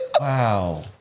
Wow